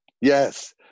Yes